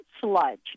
sludge